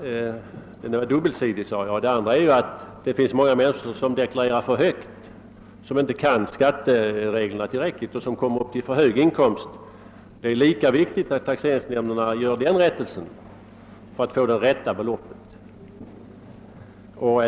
frågan var dubbelsidig. Det andra skälet är att det finns många människor som deklarerar en för hög inkomst och som inte kan skattereglerna tillräckligt. Det är lika viktigt att taxeringsnämnderna vidtar ändringar i taxeringarna härvidlag för att få fram det rätta beloppet.